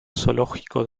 zoológico